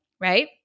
right